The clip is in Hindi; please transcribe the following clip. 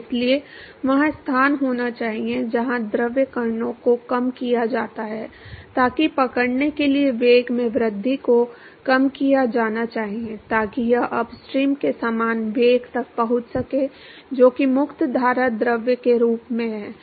तो इसलिए वहाँ स्थान होना चाहिए जहां द्रव कणों को कम किया जाता है ताकि पकड़ने के लिए वेग में वृद्धि को कम किया जाना चाहिए ताकि यह अपस्ट्रीम के समान वेग तक पहुंच सके जो कि मुक्त धारा द्रव के रूप में है